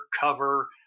cover